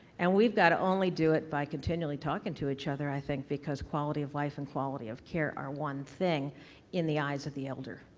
and we've got to only do it by continually talking to each other, i think, because quality of life and quality of care are one thing in the eyes of the elder,